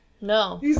No